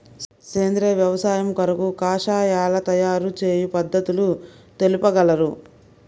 సేంద్రియ వ్యవసాయము కొరకు కషాయాల తయారు చేయు పద్ధతులు తెలుపగలరు?